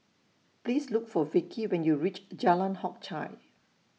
Please Look For Vickie when YOU REACH Jalan Hock Chye